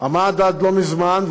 עמד עד לא מזמן,